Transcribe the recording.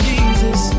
Jesus